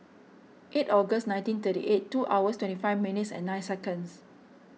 eight August nineteen thirty eight two hours twenty five minutes and nine seconds